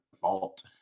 vault